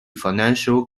financial